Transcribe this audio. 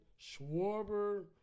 Schwarber